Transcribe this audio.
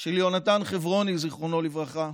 של יונתן חברוני, זיכרונו לברכה,